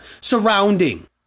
Surrounding